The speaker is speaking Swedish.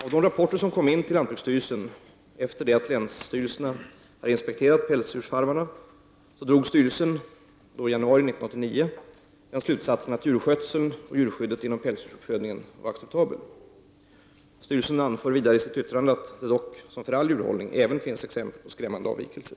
Av de rapporter som kom in till lantbruksstyrelserna efter det att länsstyrelserna inspekterat pälsdjursfarmarna drog styrelsen i januari 1989 den slutsatsen att djurskötseln och djurskyddet inom pälsdjursuppfödningen är acceptabel. Styrelsen anför vidare i yttrandet att det dock som för all djurhållning även finns exempel på skrämmande avvikelser.